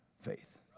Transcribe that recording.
faith